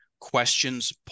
questions